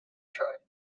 troy